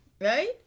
right